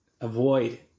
avoid